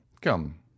Come